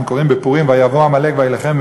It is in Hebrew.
אנחנו קוראים בפורים: "ויבא עמלק וילחם עם